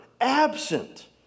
absent